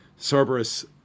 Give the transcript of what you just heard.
Cerberus